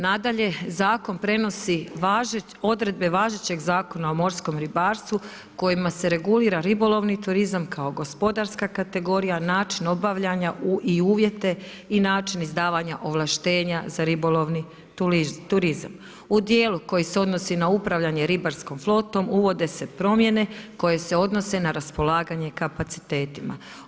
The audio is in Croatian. Nadalje, zakon prenosi odredbe važećeg Zakona o morskom ribarstvu, kojima se regulira ribolovni turizam kao gospodarska kategorija, način obavljanja i uvijete i način izdavanja ovlaštenja za ribolovni turizam U dijelu koji se odnosi na upravljanje ribarskom flotom, uvode se promjene koje se odnose na raspolaganje kapacitetima.